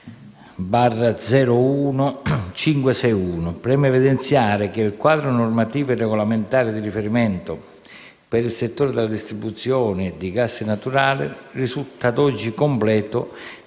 mi preme evidenziare che il quadro normativo e regolamentare di riferimento per il settore della distribuzione di *gas* naturali risulta ad oggi completo degli elementi